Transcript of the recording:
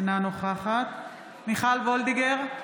אינה נוכחת מיכל וולדיגר,